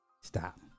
stop